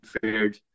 fared